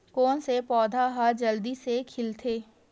कोन से पौधा ह जल्दी से खिलथे?